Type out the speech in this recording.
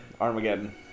Armageddon